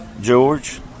George